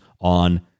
on